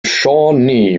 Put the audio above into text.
shawnee